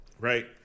Right